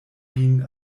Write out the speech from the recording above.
vin